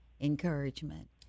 encouragement